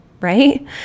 right